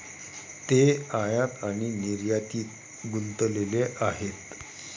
ते आयात आणि निर्यातीत गुंतलेले आहेत